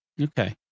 Okay